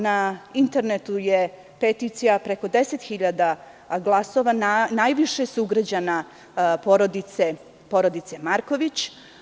Na internetu je peticija preko 10.000 glasova, najviše sugrađana porodice Marković.